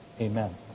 Amen